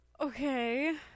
Okay